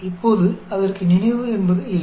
இப்போது அதற்கு நினைவு என்பது இல்லை